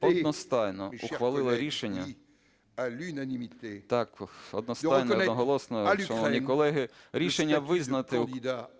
одностайно ухвалила рішення, так, одностайно і одноголосно, шановні колеги, рішення визнати